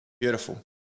Beautiful